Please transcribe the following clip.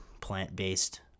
plant-based